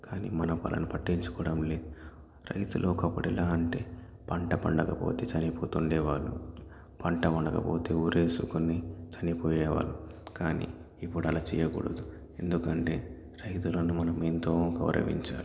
కానీ మనం వాళ్ళని పట్టించుకోవడం లేదు రైతులు ఒకప్పటిలా అంటే పంట పండకపోతే చనిపోతుండేవాళ్ళు పంట పండకపోతే ఉరేసుకొని చనిపోయేవారు కానీ ఇప్పుడలా చేయకూడదు ఎందుకంటే రైతులను మనం ఎంతో గౌరవించాలి